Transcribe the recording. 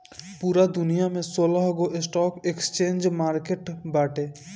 पूरा दुनिया में सोलहगो स्टॉक एक्सचेंज मार्किट बाटे